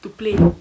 to play